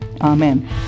amen